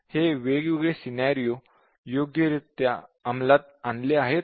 हे वेगवेगळे सिनॅरिओ योग्यरित्या अंमलात आणले आहेत का